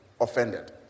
offended